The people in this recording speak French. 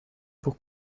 pour